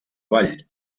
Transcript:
vall